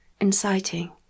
inciting